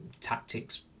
tactics